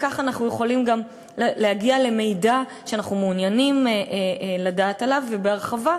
וכך אנחנו יכולים גם להגיע למידע שאנחנו מעוניינים לדעת עליו בהרחבה.